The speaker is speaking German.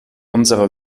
unsere